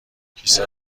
کیسه